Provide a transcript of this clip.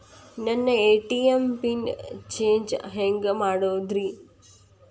ನನ್ನ ATM pin change ಹೆಂಗ್ ಮಾಡೋದ್ರಿ?